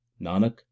Nanak